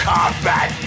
Combat